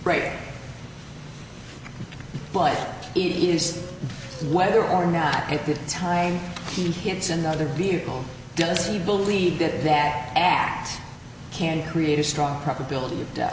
right but it is whether or not at the time he hits another vehicle does he believe that that act can create a strong probability of death